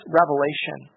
revelation